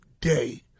day